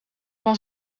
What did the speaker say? van